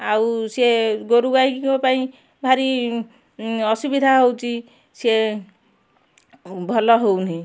ଆଉ ସେ ଗୋରୁ ଗାଈଙ୍କ ପାଇଁ ଭାରି ଅସୁବିଧା ହଉଛି ସେ ଭଲ ହଉନି